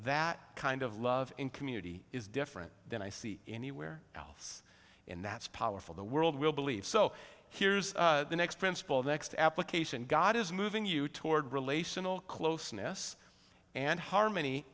that kind of love in community is different than i see anywhere else in that's powerful the world will believe so here's the next principle the next application god is moving you toward relational closeness and harmony